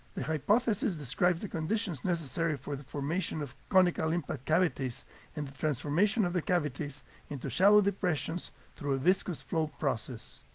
the hypothesis describes the conditions necessary for the formation of conical impact cavities and the transformation of the cavities into shallow depressions through a viscous flow process.